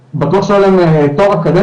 בטוח שלא היה להם תואר אקדמי,